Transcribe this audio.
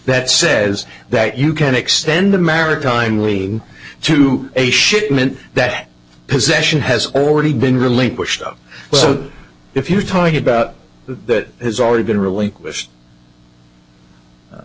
that says that you can extend the maritime wing to a shipment that possession has already been really pushed up well if you're talking about that has already been relinquish